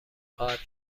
خواهد